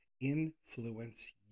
influence